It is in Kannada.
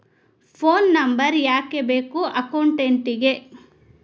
ಫೋನ್ ನಂಬರ್ ಯಾಕೆ ಬೇಕು ಅಕೌಂಟಿಗೆ?